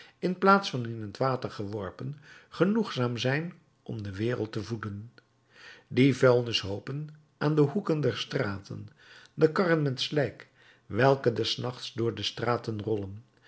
in plaats van in het water geworpen genoegzaam zijn om de wereld te voeden die vuilnishoopen aan de hoeken der straten de karren met slijk welke des nachts door de straten rollen